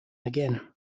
again